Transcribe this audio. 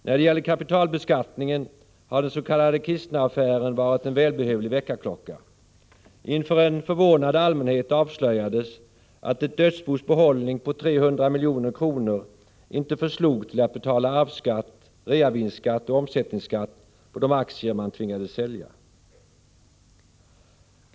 När det gäller kapitalbeskattningen har den s.k. Kistneraffären varit en välbehövlig väckarklocka. Inför en förvånad allmänhet avslöjades att ett dödsbos behållning på 300 milj.kr. inte förslog till att betala arvsskatt, reavinstskatt och omsättningsskatt på de aktier man tvingades sälja.